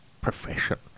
profession